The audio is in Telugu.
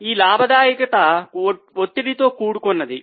ఈ లాభదాయకత ఒత్తిడితో కూడుకున్నది